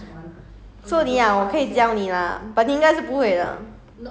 我不知道 leh